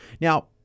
Now